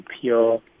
pure